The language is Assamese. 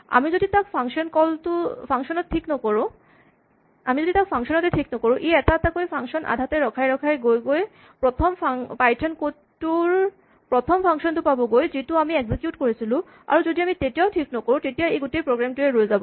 আমি যদি তাক ফাংচন তে ঠিক নকৰোঁ ই এটা এটাকৈ ফাংচন আধাতে ৰখাই ৰখাই গৈ গৈ প্ৰথম পাইথন কড টোৰ প্ৰথম ফাংচন টো পাবগৈ যিটো আমি এক্সিকিউট কৰিছোঁ যদি আমি তেতিয়াও ঠিক নকৰোঁ তেতিয়া গোটেই প্ৰগ্ৰেম টোৱেই ৰৈ যাব